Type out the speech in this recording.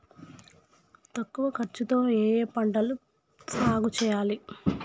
తక్కువ ఖర్చు తో నేను ఏ ఏ పంటలు సాగుచేయాలి?